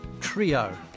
trio